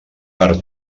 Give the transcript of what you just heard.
per